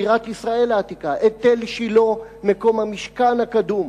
בירת ישראל העתיקה, את תל-שילה, מקום המשכן הקדום?